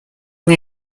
nie